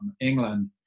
England